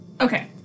Okay